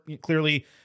clearly